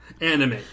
anime